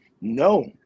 No